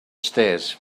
stairs